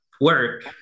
work